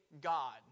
God